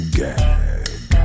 gag